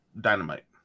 dynamite